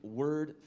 word